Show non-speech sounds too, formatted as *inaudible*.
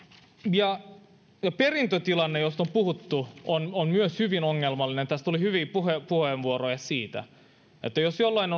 perintötilanne josta on puhuttu on on myös hyvin ongelmallinen tässä tuli hyviä puheenvuoroja siitä että jos jollain *unintelligible*